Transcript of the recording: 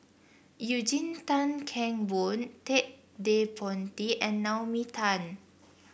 Eugene Tan Kheng Boon Ted De Ponti and Naomi Tan